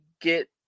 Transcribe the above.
get